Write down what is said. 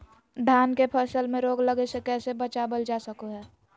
धान के फसल में रोग लगे से कैसे बचाबल जा सको हय?